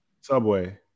Subway